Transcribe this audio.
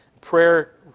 Prayer